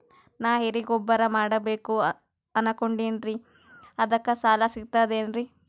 ನಾ ಎರಿಗೊಬ್ಬರ ಮಾಡಬೇಕು ಅನಕೊಂಡಿನ್ರಿ ಅದಕ ಸಾಲಾ ಸಿಗ್ತದೇನ್ರಿ?